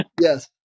yes